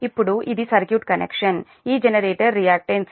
ఇప్పుడు ఇది circuit connection ఈ జెనరేటర్ రియాక్టన్స్ 0